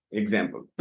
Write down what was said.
example